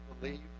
believe